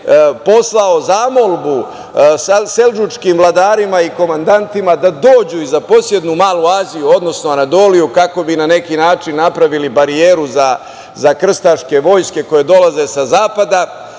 poslao molbu seldžučkim vladarima i komandantima da dođu i da zaposednu Malu Aziju, odnosno Anadoliju kako bi na neki način napravili barijeru za krstaške vojske koje dolaze sa zapada,